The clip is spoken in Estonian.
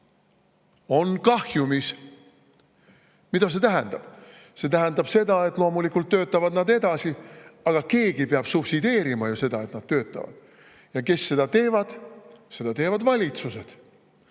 On kahjumis! Mida see tähendab? See tähendab seda, et loomulikult töötavad need edasi, aga keegi peab ju subsideerima seda, et need töötavad. Ja kes seda teevad? Seda teevad valitsused.